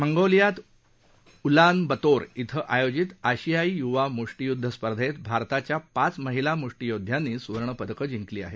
मंगोलियात Ulaanbaatar इथं आयोजित आशियाई य्वा म्ष्टीय्द्ध स्पर्धेत भारताच्या पाच महिला म्ष्टियोद्धयांनी सुवर्णपदकं जिंकली आहेत